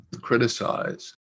criticize